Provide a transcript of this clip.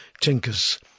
Tinkers